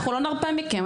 אנחנו לא נרפה מכם,